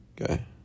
Okay